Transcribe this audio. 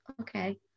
okay